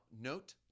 note